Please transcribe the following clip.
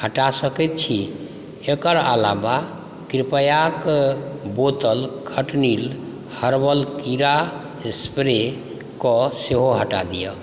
हटा सकैत छी एकर अलावा कृपयाक बोतल खटनील हर्बल कीड़ा स्प्रेकऽ सेहो हटा दिअ